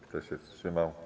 Kto się wstrzymał?